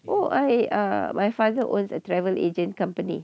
oh I uh my father owns a travel agent company